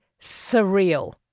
surreal